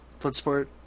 Bloodsport